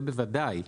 זה בוודאי,